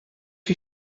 chi